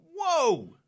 Whoa